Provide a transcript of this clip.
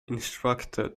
instructor